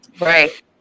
right